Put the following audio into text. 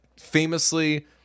famously